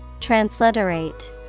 transliterate